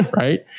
Right